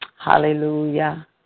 Hallelujah